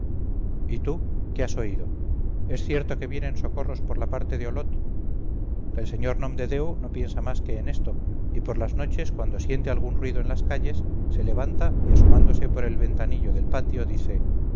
y tú qué has oído es cierto que vienen socorros por la parte de olot el señor nomdedeu no piensa más que en esto y por las noches cuando siente algún ruido en las calles se levanta y asomándose por el ventanillo del patio dice